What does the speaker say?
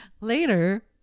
later